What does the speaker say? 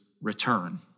return